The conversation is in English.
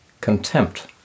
contempt